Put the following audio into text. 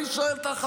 אני שואל אותך,